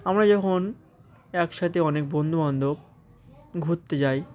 আমরা যখন একসাথে অনেক বন্ধুবান্ধব ঘুরতে যাই